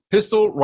Pistol